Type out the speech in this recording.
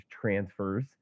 transfers